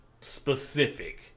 specific